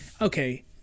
okay